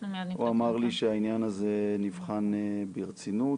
הוא אמר לי שהעניין הזה נבחן ברצינות.